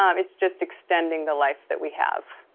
um it's just extending the life that we have.